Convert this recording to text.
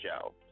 show